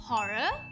Horror